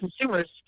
consumers